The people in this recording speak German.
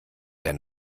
der